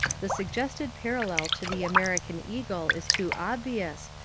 the suggested parallel to the american eagle is too obvious,